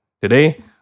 Today